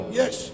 yes